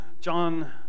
John